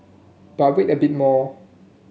but wait a bit more